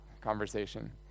conversation